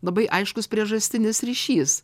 labai aiškus priežastinis ryšys